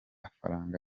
faranga